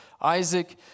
Isaac